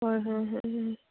হয় হয় হয়